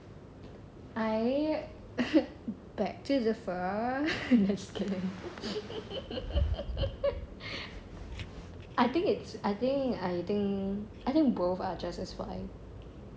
I beg to differ just kidding I think it's I think I think I think both are just as fine